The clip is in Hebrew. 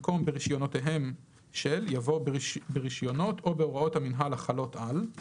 במקום "ברישיונותיהם של" יבוא "ברישיונות או בהוראות המינהל החלות על";